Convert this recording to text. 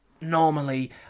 normally